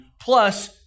plus